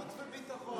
חוץ וביטחון.